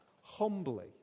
Humbly